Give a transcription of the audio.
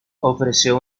ofreció